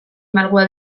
malguak